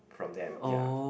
from them ya